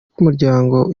k’umuryango